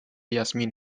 jasmin